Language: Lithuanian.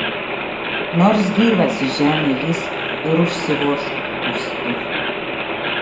nors gyvas į žemę lįsk ir užsivožk karstu